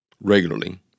regularly